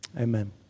Amen